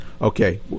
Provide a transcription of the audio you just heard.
Okay